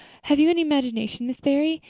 have you any imagination, miss barry?